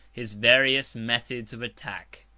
his various methods of attack.